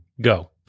go